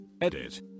Edit